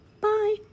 Bye